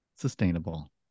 sustainable